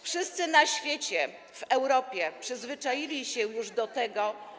Wszyscy na świecie, w Europie przyzwyczaili się już do tego.